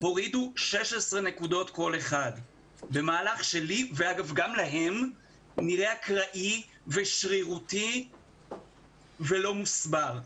הורידו 16 נקודות כל אחד במהלך שנראה לי ולהם אקראי ושרירותי ולא מוסבר.